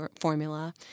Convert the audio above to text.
formula